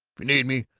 you need me,